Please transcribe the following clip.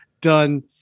done